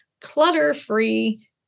clutter-free